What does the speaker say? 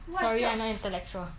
sorry I not intellectual